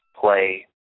play